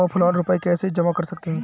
Offline रुपये कैसे जमा कर सकते हैं?